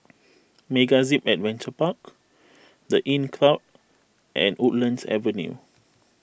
MegaZip Adventure Park the Inncrowd and Woodlands Avenue